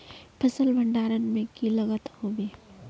फसल भण्डारण में की लगत होबे?